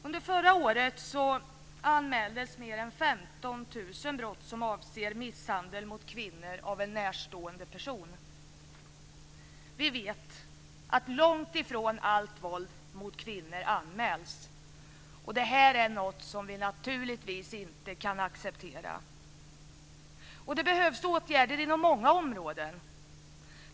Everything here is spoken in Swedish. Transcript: Under förra året anmäldes mer än 15 000 brott som avser misshandel av kvinnor utförd av en närstående person. Vi vet att långt ifrån allt våld mot kvinnor anmäls. Detta är något som vi naturligtvis inte kan acceptera. Det behövs åtgärder inom många områden.